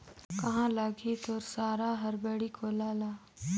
काँहा लगाही तोर सारा हर बाड़ी कोला ल